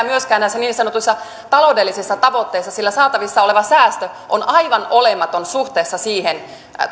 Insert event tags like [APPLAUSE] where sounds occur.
[UNINTELLIGIBLE] myöskään näissä niin sanotuissa taloudellisissa tavoitteissa sillä saatavissa oleva säästö on aivan olematon suhteessa siihen